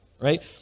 right